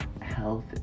health